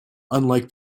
unlike